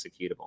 executable